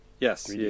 Yes